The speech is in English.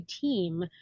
team